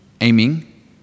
Aiming